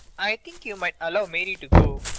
i think you might allow mary to go.